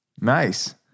Nice